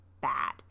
bad